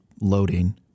loading